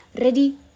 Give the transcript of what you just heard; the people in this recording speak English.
ready